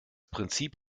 prinzip